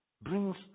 brings